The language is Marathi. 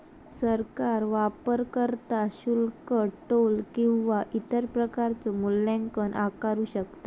सरकार वापरकर्ता शुल्क, टोल किंवा इतर प्रकारचो मूल्यांकन आकारू शकता